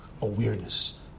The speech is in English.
awareness